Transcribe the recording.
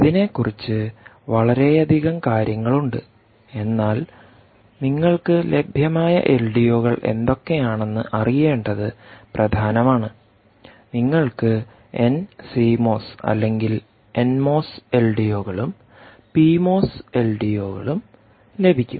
ഇതിനെക്കുറിച്ച് വളരെയധികം കാര്യങ്ങൾ ഉണ്ട് എന്നാൽ നിങ്ങൾക്ക് ലഭ്യമായ എൽഡിഒകൾ എന്തൊക്കെയാണെന്ന് അറിയേണ്ടത് പ്രധാനമാണ് നിങ്ങൾക്ക് എൻ സിമോസ് അല്ലെങ്കിൽ എൻമോസ് എൽഡിഒകളും പിമോസ് എൽഡിഒകളും ലഭിക്കും